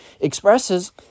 expresses